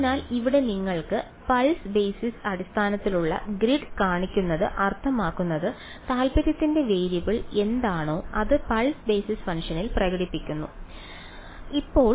അതിനാൽ ഇവിടെ നിങ്ങൾക്ക് പൾസ് ബേസിസ് അടിസ്ഥാനത്തിലുള്ള ഗ്രിഡ് കാണിക്കുന്നത് അർത്ഥമാക്കുന്നത് താൽപ്പര്യത്തിന്റെ വേരിയബിൾ എന്താണോ അത് പൾസ് ബേസിസ് ഫംഗ്ഷനിൽ പ്രകടിപ്പിക്കുന്നു എന്നാണ്